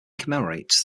commemorates